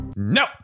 No